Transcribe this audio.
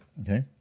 Okay